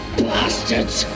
bastards